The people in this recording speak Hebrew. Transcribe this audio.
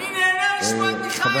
אני נהנה לשמוע את מיכאל.